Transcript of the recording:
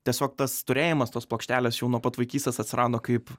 tiesiog tas turėjimas tos plokštelės jau nuo pat vaikystės atsirado kaip